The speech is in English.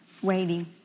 waiting